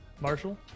Marshall